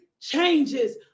changes